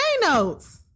notes